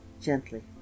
gently